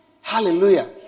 Hallelujah